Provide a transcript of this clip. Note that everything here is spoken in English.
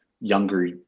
younger